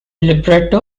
libretto